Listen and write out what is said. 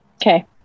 Okay